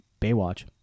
Baywatch